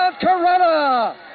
Corona